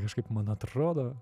kažkaip man atrodo